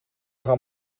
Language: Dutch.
gaan